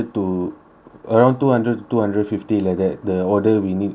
around two hundred two hundred fifty like that the order we need like that